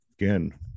again